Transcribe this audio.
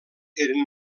eren